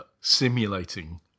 simulating